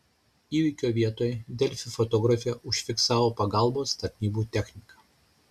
įvykio vietoje delfi fotografė užfiksavo pagalbos tarnybų techniką